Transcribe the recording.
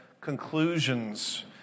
conclusions